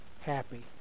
happy